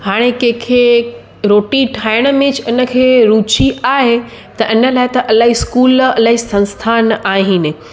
हाणे कंहिंखे रोटी ठाहिण में इनखे रुची आहे त इन लाइ त इलाही स्कूल इलाही संस्थान आहिनि